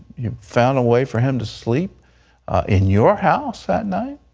you found a way for him to sleep in your house that night,